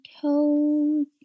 toes